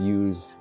use